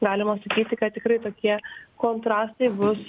galima sakyti kad tikrai tokie kontrastai bus